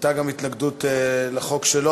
הייתה גם התנגדות לחוק שלו,